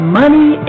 money